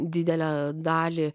didelę dalį